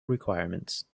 requirements